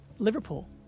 liverpool